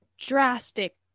drastic